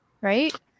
right